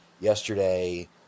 yesterday